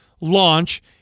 LAUNCH